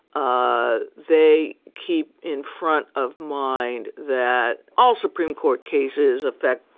ah they keep in front of mind that all supreme court cases affect,